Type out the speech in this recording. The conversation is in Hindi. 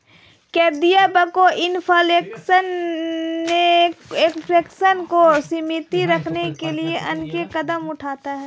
केंद्रीय बैंक इन्फ्लेशन को सीमित रखने के लिए अनेक कदम उठाता है